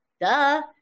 Duh